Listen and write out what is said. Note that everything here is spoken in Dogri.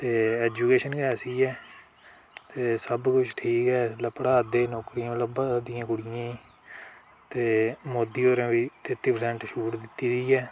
ते ऐजुकेशन गै ऐसी ऐ ते सब किश ठीक ऐ पढ़ा दे नौकरियां लब्भा करदियां कुड़ियें गी ते मोदी होरें बी तेत्ती परसैंट छूट दित्ती दी ऐ